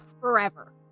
forever